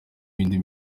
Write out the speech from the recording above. n’ibindi